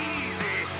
easy